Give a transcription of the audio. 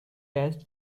test